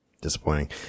Disappointing